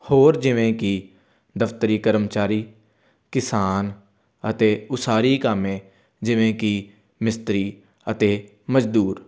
ਹੋਰ ਜਿਵੇਂ ਕਿ ਦਫ਼ਤਰੀ ਕਰਮਚਾਰੀ ਕਿਸਾਨ ਅਤੇ ਉਸਾਰੀ ਕਾਮੇ ਜਿਵੇਂ ਕਿ ਮਿਸਤਰੀ ਅਤੇ ਮਜ਼ਦੂਰ